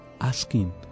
asking